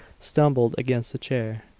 stumbled against a chair,